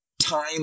time